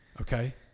Okay